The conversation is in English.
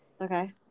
Okay